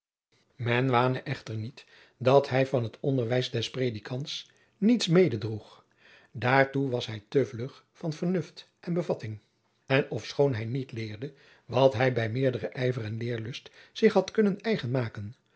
men wane echter niet dat hij van het onderwijs des predikants niets mededroeg daartoe was hij te vlug van vernuft en bevatting en ofschoon hij niet leerde wat hij bij meerderen ijver en leerlust zich had kunnen eigen maken